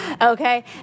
Okay